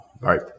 right